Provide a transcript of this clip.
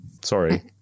Sorry